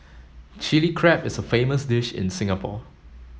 Chilli Crab is a famous dish in Singapore